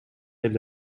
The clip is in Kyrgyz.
эле